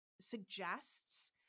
suggests